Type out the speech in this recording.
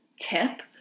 tip